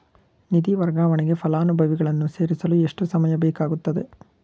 ನಿಧಿ ವರ್ಗಾವಣೆಗೆ ಫಲಾನುಭವಿಗಳನ್ನು ಸೇರಿಸಲು ಎಷ್ಟು ಸಮಯ ಬೇಕಾಗುತ್ತದೆ?